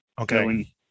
okay